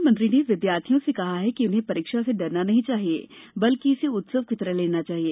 प्रधानमंत्री ने विद्यार्थियों से कहा है कि उन्हें परीक्षा से डरना नहीं चाहिए बल्कि इसे उत्सव की तरह लेना चाहिए